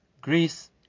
Greece